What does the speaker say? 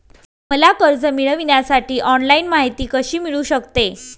मला कर्ज मिळविण्यासाठी ऑनलाइन माहिती कशी मिळू शकते?